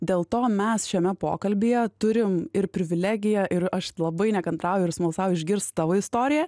dėl to mes šiame pokalbyje turim ir privilegiją ir aš labai nekantrauju ir smalsauju išgirst tavo istoriją